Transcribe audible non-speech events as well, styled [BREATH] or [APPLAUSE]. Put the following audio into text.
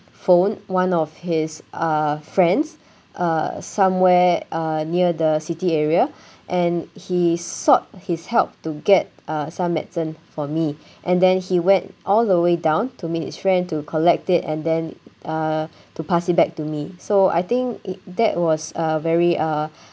phoned one of his uh friends uh somewhere uh near the city area [BREATH] and he sought his help to get uh some medicine for me and then he went all the way down to meet his friend to collect it and then uh to pass it back to me so I think it that was a very uh